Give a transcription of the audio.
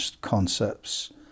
concepts